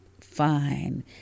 fine